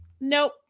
nope